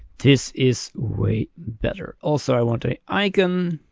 this is way better. also, i want a icon.